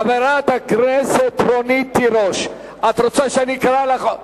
חברת הכנסת רונית תירוש, את רוצה שאני אקרא לך?